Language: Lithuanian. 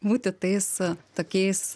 būti tais tokiais